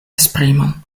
esprimon